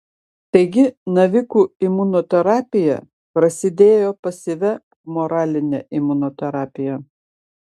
taigi navikų imunoterapija prasidėjo pasyvia humoraline imunoterapija